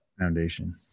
foundation